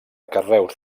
carreus